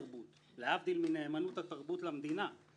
עשיתי כך.